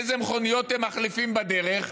איזה מכוניות הם מחליפים בדרך,